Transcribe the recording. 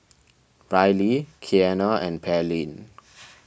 Ryleigh Kiana and Pearline